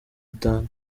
itanga